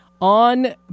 on